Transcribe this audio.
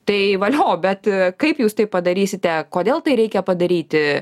tai valio bet kaip jūs tai padarysite kodėl tai reikia padaryti